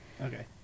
Okay